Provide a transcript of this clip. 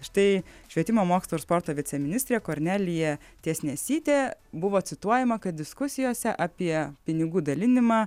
štai švietimo mokslo ir sporto viceministrė kornelija tiesnesytė buvo cituojama kad diskusijose apie pinigų dalinimą